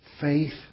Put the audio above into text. faith